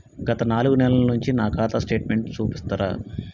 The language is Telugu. గత నాలుగు నెలల నుంచి నా ఖాతా స్టేట్మెంట్ చూపిస్తరా?